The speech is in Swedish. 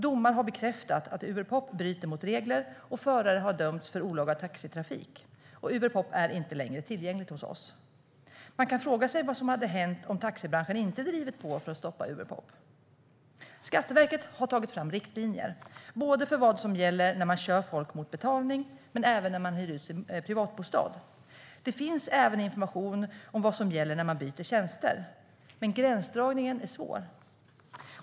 Domar har bekräftat att Uberpop bryter mot regler, förare har dömts för olaga taxitrafik, och Uberpop är inte längre tillgängligt hos oss. Man kan fråga sig vad som hade hänt om taxibranschen inte drivit på för att stoppa Uberpop. Skatteverket har tagit fram riktlinjer för vad som gäller när man kör folk mot betalning och när man hyr ut sin privatbostad. Det finns även information om vad som gäller när man byter tjänster, men gränsdragningen är svår.